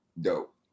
dope